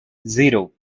zero